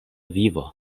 vivo